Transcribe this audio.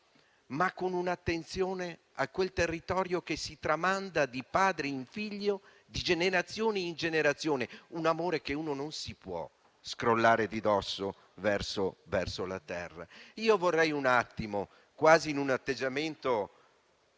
con un'attenzione al territorio che si tramanda di padre in figlio, di generazione in generazione; un amore che uno non si può scrollare di dosso verso la terra. Vorrei rivolgermi un attimo, in un atteggiamento